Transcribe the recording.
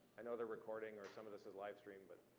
i know they're recording, or some of this is livestream. but